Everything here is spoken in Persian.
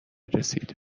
رسید